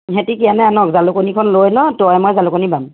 ইহঁতি কি আনে আনক জালুকনীখন লৈ লওঁ তয়ে ময়ে জালুকনী বাম